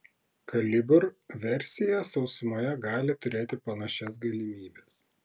kalibr versija sausumoje gali turėti panašias galimybes